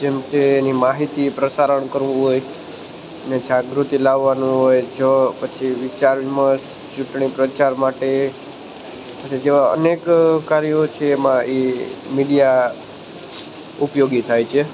જેમકે એની માહિતી પ્રસારણ કરવું હોય ને જાગૃતિ લાવાનું હોય જો પછી વિચારમસ ચૂંટણી પ્રસાર માટે પછી જેવા અનેક કાર્યો છે એમાં એ મીડિયા ઉપયોગી થાય છે